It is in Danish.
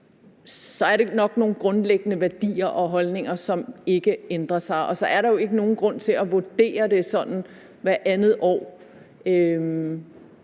nok tale om nogle grundlæggende værdier og holdninger, som ikke ændrer sig, og så er der jo ikke nogen grund til at vurdere det sådan hvert andet år;